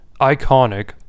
iconic –